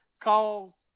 call